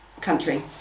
country